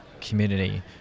community